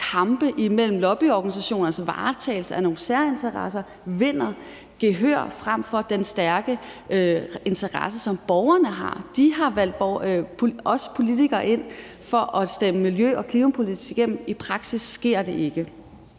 kampe imellem lobbyorganisationers varetagelse af nogle særinteresser vinder gehør frem for den stærke interesse, som borgerne har . De har valgt os politikere ind for at stemme miljø- og klimapolitik igennem, men i praksis sker det ikke.